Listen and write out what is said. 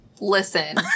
Listen